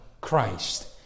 Christ